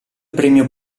premio